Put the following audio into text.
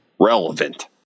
relevant